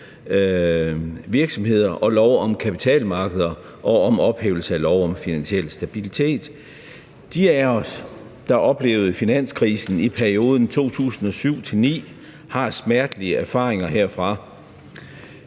virksomheder og lov om kapitalmarkeder og om ophævelse af lov om finansiel stabilitet. De af os, der oplevede finanskrisen i perioden 2007-2009, har smertelige erfaringer herfra.